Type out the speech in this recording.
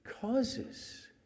causes